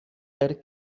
per